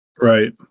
Right